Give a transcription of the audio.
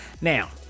Now